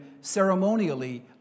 ceremonially